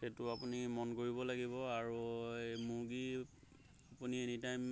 সেইটো আপুনি মন কৰিব লাগিব আৰু মুৰ্গী আপুনি এনিটাইম